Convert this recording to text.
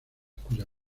cuya